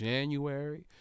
January